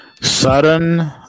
Sudden